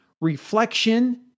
reflection